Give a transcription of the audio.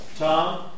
Tom